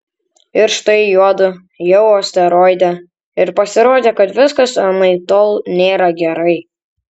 ir štai juodu jau asteroide ir pasirodė kad viskas anaiptol nėra gerai